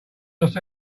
los